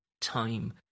time